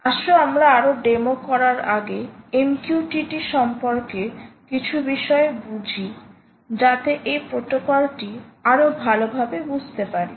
আসো আমরা আরো ডেমো করার আগে MQTT সম্পর্কে আরও কিছু বিষয় বুঝি যাতে এই প্রোটোকলটি আরও ভালভাবে বুঝতে পারি